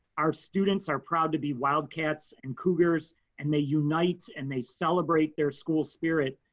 our students are proud to be wildcats and cougars and they unite and they celebrate their school spirit.